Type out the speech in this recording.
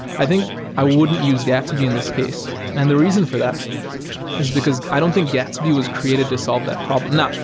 i think i wouldn't use gatsby in this case. and the reason for that is because i don't think gatsby was created to solve that problem. now,